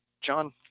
John